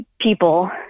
people